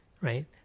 right